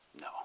No